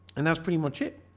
and that's pretty much it.